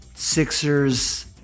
Sixers